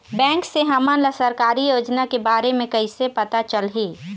Bank से हमन ला सरकारी योजना के बारे मे कैसे पता चलही?